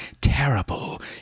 terrible